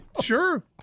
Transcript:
Sure